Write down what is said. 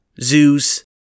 Zeus